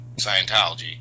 Scientology